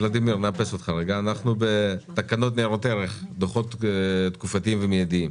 אנחנו בתקנות ניירות ערך דוחות תקופתיים ומידיים.